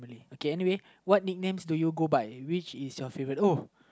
okay anyway what nicknames do you go by which is your favorite oh